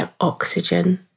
oxygen